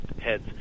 heads